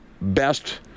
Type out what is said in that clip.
best